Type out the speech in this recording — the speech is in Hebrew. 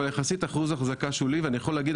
אבל יחסית אחוז החזקה שולי ואני יכול להגיד